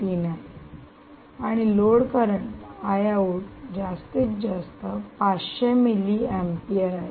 3 आहे आणि load current I out जास्तीत जास्त 500 मिली अँपिअर आहे